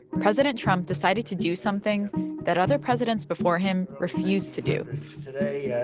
president trump decided to do something that other presidents before him refused to do today, yeah